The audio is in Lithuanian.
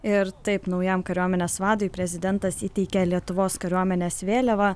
ir taip naujam kariuomenės vadui prezidentas įteikė lietuvos kariuomenės vėliavą